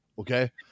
Okay